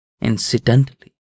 incidentally